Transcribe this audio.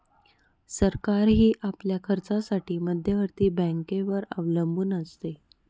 सरकारही आपल्या खर्चासाठी मध्यवर्ती बँकेवर अवलंबून असते